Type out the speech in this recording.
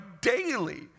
daily